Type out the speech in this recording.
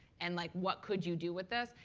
and like what could you do with this.